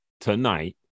tonight